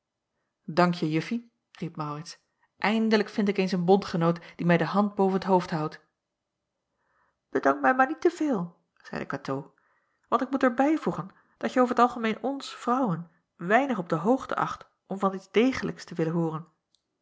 dankje juffie riep maurits eindelijk vind ik eens een bondgenoot die mij de hand boven t hoofd houdt bedank mij maar niet te veel zeide katoo want ik moet er bijvoegen dat je over t algemeen ons vrouwen weinig op de hoogte acht om van iets degelijks te willen hooren